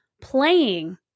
playing